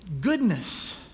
goodness